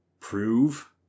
prove